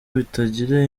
bitagira